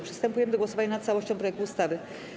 Przystępujemy do głosowania nad całością projektu ustawy.